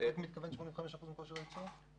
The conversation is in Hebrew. למה הכוונה ב-85% מכושר הייצור?